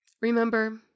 remember